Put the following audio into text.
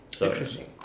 Interesting